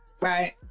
right